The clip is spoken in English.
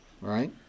right